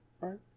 right